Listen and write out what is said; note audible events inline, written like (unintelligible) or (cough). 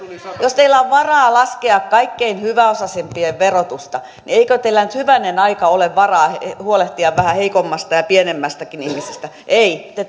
jos teillä on varaa laskea kaikkein hyväosaisimpien verotusta eikö teillä nyt hyvänen aika ole varaa huolehtia vähän heikommasta ja pienemmästäkin ihmisestä ei te (unintelligible)